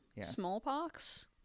Smallpox